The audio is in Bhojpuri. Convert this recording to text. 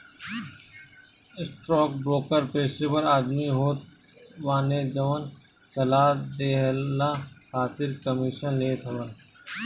स्टॉकब्रोकर पेशेवर आदमी होत बाने जवन सलाह देहला खातिर कमीशन लेत हवन